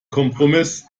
kompromiss